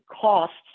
costs